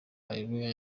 areruya